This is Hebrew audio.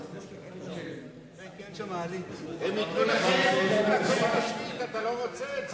זורק אתכם מהקומה השביעית, אתם לא רוצים את זה.